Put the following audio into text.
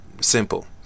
simple